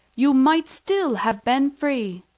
you might still have been free.